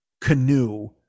canoe